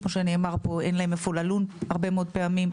כמו שנאמר פה, אין להם איפה ללון הרבה מאוד פעמים.